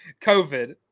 COVID